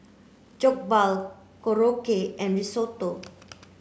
Jokbal Korokke and Risotto